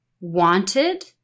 wanted